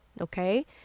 Okay